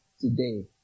today